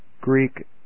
Greek